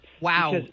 Wow